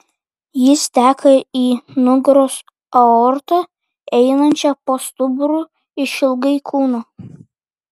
jis teka į nugaros aortą einančią po stuburu išilgai kūno